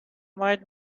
might